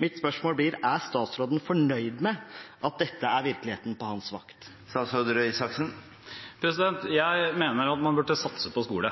Mitt spørsmål blir: Er statsråden fornøyd med at dette er virkeligheten på hans vakt? Jeg mener at man burde satse på skole,